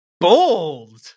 Bold